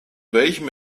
welchem